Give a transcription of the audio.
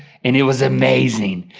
and it was amazing.